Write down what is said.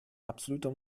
absoluter